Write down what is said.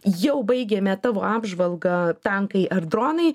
jau baigėme tavo apžvalgą tankai ar dronai